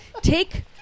take